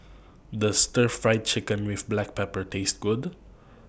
Does Stir Fried Chicken with Black Pepper Taste Good